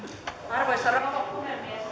arvoisa rouva puhemies